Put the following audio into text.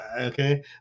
Okay